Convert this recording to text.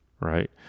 right